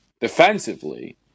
defensively